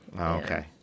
Okay